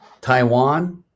taiwan